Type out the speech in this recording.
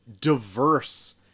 diverse